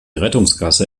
rettungsgasse